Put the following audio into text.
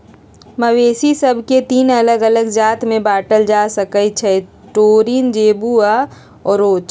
मवेशि सभके तीन अल्लग अल्लग जात में बांटल जा सकइ छै टोरिन, जेबू आऽ ओरोच